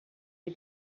you